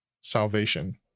Salvation